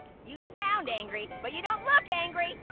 you sound angry, but you don't look angry.